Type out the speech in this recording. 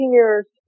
years